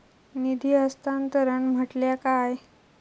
निधी हस्तांतरण म्हटल्या काय?